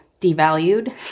devalued